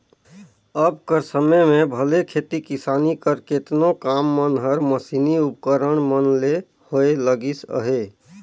अब कर समे में भले खेती किसानी कर केतनो काम मन हर मसीनी उपकरन मन ले होए लगिस अहे